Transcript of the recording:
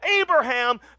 Abraham